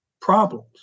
problems